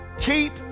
Keep